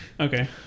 Okay